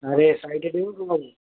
अड़े साइड ॾियो भाऊ